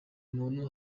muntu